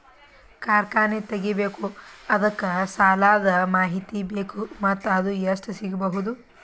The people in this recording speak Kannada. ಕಾರ್ಖಾನೆ ತಗಿಬೇಕು ಅದಕ್ಕ ಸಾಲಾದ ಮಾಹಿತಿ ಬೇಕು ಮತ್ತ ಅದು ಎಷ್ಟು ಸಿಗಬಹುದು?